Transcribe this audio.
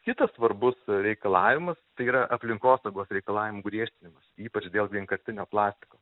kitas svarbus reikalavimas tai yra aplinkosaugos reikalavimų griežtinimas ypač dėl vienkartinio plastiko